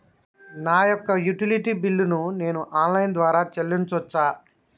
నా యొక్క utility bill ను నేను ఆన్ లైన్ ద్వారా చెల్లించొచ్చా?